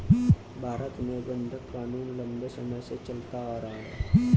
भारत में बंधक क़ानून लम्बे समय से चला आ रहा है